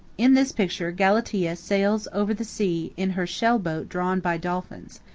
in this picture galatea sails over the sea in her shell-boat drawn by dolphins.